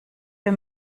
wir